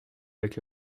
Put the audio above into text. avec